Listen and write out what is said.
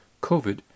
COVID